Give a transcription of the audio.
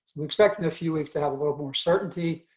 we expect in a few weeks to have a little more certainty,